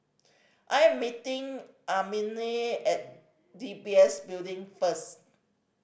I am meeting Annamae at D B S Building first